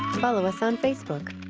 follow us on facebook.